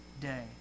day